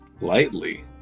Lightly